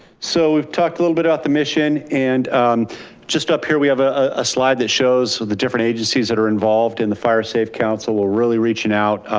so we've talked a little bit about the mission. and just up here, we have ah a slide that shows the different agencies that are involved in the fire safe council. we're really reaching out